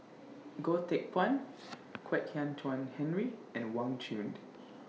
Goh Teck Phuan Kwek Hian Chuan Henry and Wang Chunde